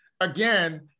again